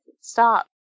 Stop